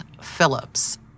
Phillips